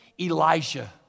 Elijah